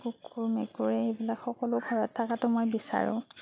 কুকুৰ মেকুৰী এইবিলাক সকলো ঘৰত থকাতো মই বিচাৰোঁ